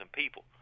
people